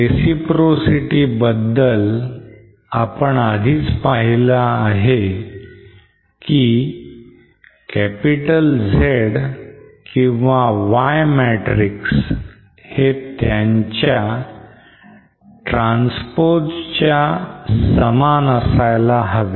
reciprocity बद्दल आपण आधीच पाहिलं की Z किंवा Y matrix हे त्यांच्या transpose च्या समान असायला हवे